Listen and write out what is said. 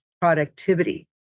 productivity